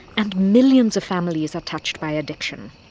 and millions of families are touched by addiction.